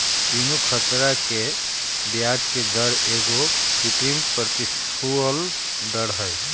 बीनू ख़तरा के ब्याजके दर एगो कृत्रिम प्रतिफल दर हई